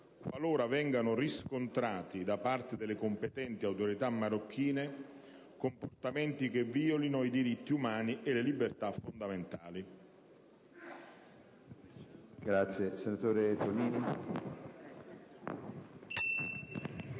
qualora vengano riscontrati, da parte delle competenti autorità marocchine, comportamenti che violino i diritti umani e le libertà fondamentali». PRESIDENTE. Chiedo